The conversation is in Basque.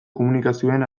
komunikazioen